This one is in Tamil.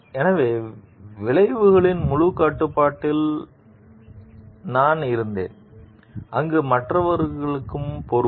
எனவே விளைவுகளின் முழுக் கட்டுப்பாட்டில் நான் இருந்தேன் அங்கு மற்றவர்களும் பொறுப்பு